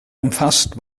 umfasst